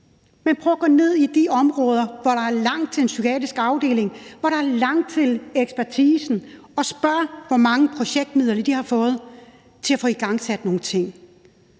Men prøv at gå ned i de områder, hvor der er langt til en psykiatrisk afdeling, hvor der er langt til ekspertisen, og spørg, hvor mange af projektmidlerne de har fået til at få igangsat nogle ting.